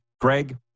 Greg